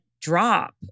drop